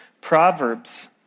Proverbs